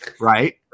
right